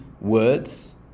words